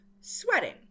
sweating